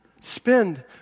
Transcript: spend